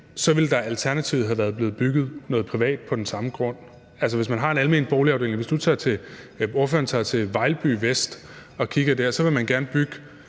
så ville der alternativt være blevet bygget noget privat på den samme grund. Hvis ordføreren tager til Vejlby Vest og kigger der, så vil man gerne bygge